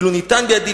אילו ניתן בידי,